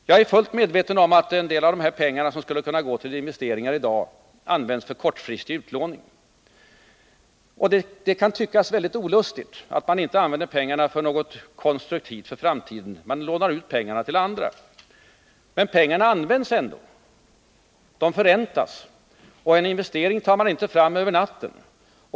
Jag är fullt medveten om att en del av de pengar som i dag skulle kunna användas till investeringar i stället används till kortfristig utlåning. Det kan tyckas väldigt olustigt att man inte omedelbart använder pengarna till något konstruktivt för framtiden. Man lånar ut pengarna till andra. Men de används i alla fall, och de förräntas. En investering tar man inte fram över natten.